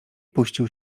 puścił